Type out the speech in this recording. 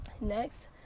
Next